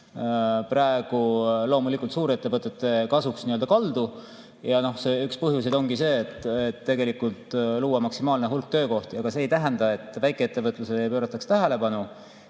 praegu loomulikult suurettevõtete kasuks kaldu. Üks põhjus ongi see, et tegelikult tuleks luua maksimaalne hulk töökohti. Aga see ei tähenda, et väikeettevõtlusele ei pöörataks tähelepanu.